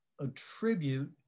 attribute